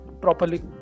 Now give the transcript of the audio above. properly